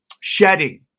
shedding